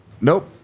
Nope